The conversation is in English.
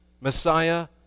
Messiah